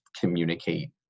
communicate